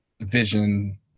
Vision